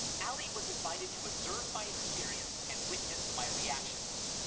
alie was invited to observe my experience and witness my reactions.